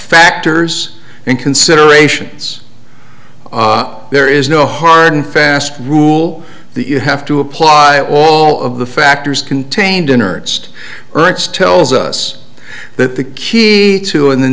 factors and considerations there is no hard and fast rule that you have to apply all of the factors contained in ernst ertz tells us that the key to in the